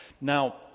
Now